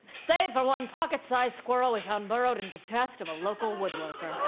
save for one pocket-sized squirrel we found burrowed in the chest of a local woodworker.